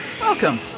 Welcome